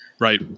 Right